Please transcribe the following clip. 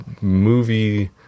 movie